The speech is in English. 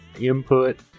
input